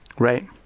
Right